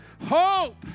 Hope